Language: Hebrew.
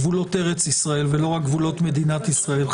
בגבולות ארץ-ישראל ולא רק גבולות מדינת ישראל.